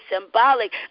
symbolic